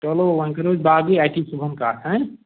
چلو وَنۍ کرو أسۍ باقٕے اتی کَتھ